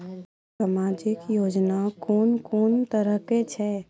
समाजिक योजना कून कून तरहक छै?